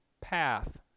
path